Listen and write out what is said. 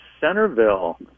Centerville